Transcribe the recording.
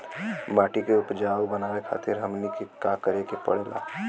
माटी के उपजाऊ बनावे खातिर हमनी के का करें के पढ़ेला?